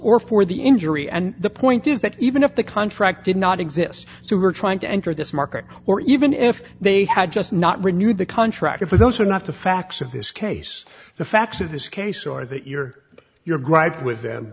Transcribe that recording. or for the injury and the point is that even if the contract did not exist so we're trying to enter this market or even if they had just not renew the contract if those are not the facts of this case the facts of this case or that your your gripe with them